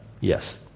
Yes